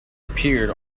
appeared